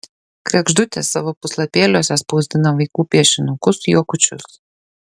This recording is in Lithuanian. kregždutė savo puslapėliuose spausdina vaikų piešinukus juokučius